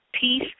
peace